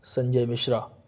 Sanjay Mishra